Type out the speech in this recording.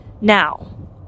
Now